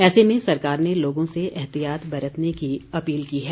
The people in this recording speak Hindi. ऐसे में सरकार ने लोगों से एहतियात बरतने की अपील की है